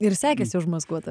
ir sekėsi užmaskuot